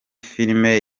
filime